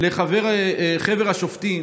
לחבר השופטים,